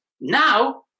Now